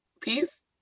peace